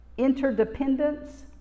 interdependence